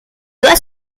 doit